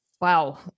Wow